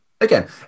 again